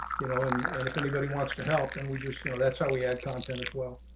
you know, and and if anybody wants to help and we just, you know, that's how we have content as well.